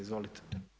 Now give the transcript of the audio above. Izvolite.